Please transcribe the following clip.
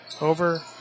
over